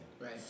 Right